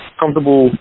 comfortable